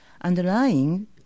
underlying